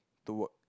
to work